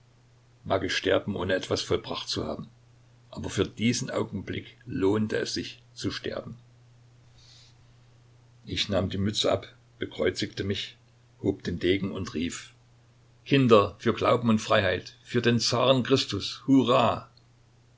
mag ich sterben ohne etwas vollbracht zu haben aber für diesen augenblick lohnte es sich zu sterben ich nahm die mütze ab bekreuzigte mich hob den degen und rief kinder für glauben und freiheit für den zaren christus hurra